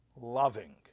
loving